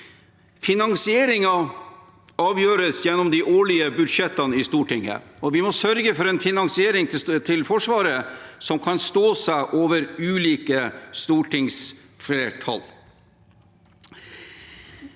Finansieringen avgjøres gjennom de årlige budsjettene i Stortinget, og vi må sørge for en finansiering av Forsvaret som kan stå seg over ulike stortingsflertall.